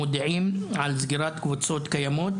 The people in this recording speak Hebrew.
מודעים על סגירת קבוצות קיימות,